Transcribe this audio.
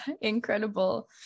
incredible